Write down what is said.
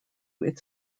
its